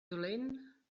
dolent